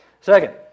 Second